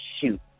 Shoot